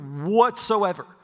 whatsoever